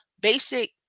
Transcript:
basic